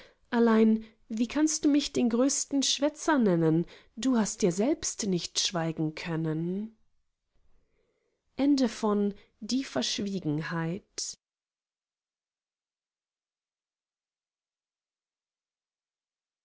allein wie kannst du mich den größten schwätzer nennen du hast ja selbst nicht schweigen können